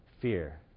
fear